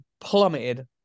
plummeted